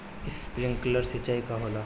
Sprinkler सिंचाई का होला?